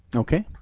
okay.